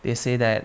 they say that